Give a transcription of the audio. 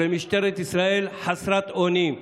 ומשטרת ישראל חסרת אונים.